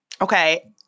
Okay